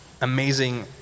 Amazing